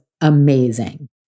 amazing